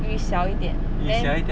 雨小一点 then